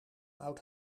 oud